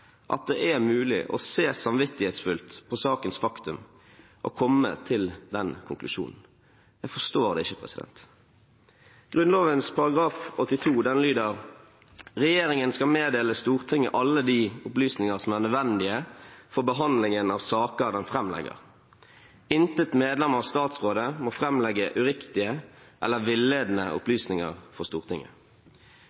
at det er mulig å se samvittighetsfullt på sakens faktum og komme til den konklusjonen. Jeg forstår det ikke. Grunnloven § 82 lyder: «Regjeringen skal meddele Stortinget alle de opplysninger som er nødvendige for behandlingen av de saker den fremlegger. Intet medlem av statsrådet må fremlegge uriktige eller villedende opplysninger for Stortinget.»